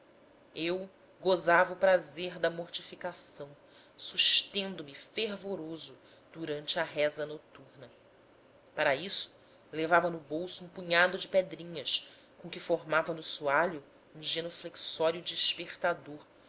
eu gozava o prazer da mortificação sustendo me fervoroso durante a reza noturna para isso levava no bolso um punhado de pedrinhas com que formava no soalho um genuflexório despertador